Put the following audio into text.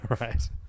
right